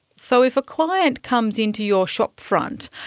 so if a client comes into your shopfront,